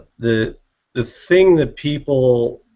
the the thing that people.